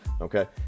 okay